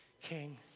King